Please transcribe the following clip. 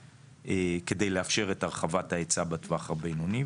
כדי לאפשר את הרחבת ההיצע בטווח הבינוני,